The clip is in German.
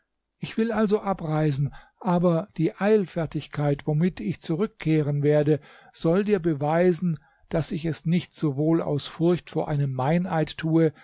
ich will also abreisen aber die eilfertigkeit womit ich zurückkehren werde soll dir beweisen daß ich es nicht sowohl aus furcht vor einem meineid tue